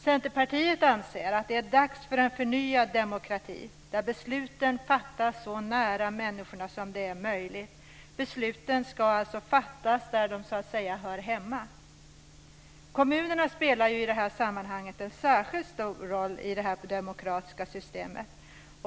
Centerpartiet anser att det är dags för en förnyad demokrati där besluten fattas så nära människorna som möjligt. Besluten ska alltså fattas där de hör hemma. Kommunerna spelar i det sammanhanget en särskilt stor roll i det demokratiska systemet.